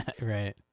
Right